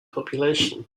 population